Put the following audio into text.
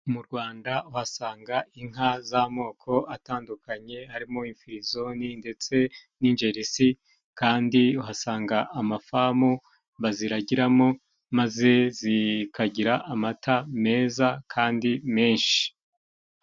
Mu Rwanda uhasanga inka z'amoko atandukanye, harimo Ifirizoni, ndetse n'Injerisi kandi uhasanga amafamu baziragiramo, maze zikagira amata meza kandi menshi.